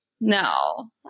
No